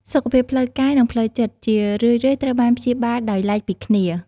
សុខភាពផ្លូវកាយ និងផ្លូវចិត្ត ជារឿយៗត្រូវបានព្យាបាលដោយឡែកពីគ្នា។